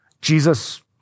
Jesus